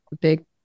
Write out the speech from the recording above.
big